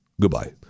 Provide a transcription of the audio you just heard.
Goodbye